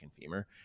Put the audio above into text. femur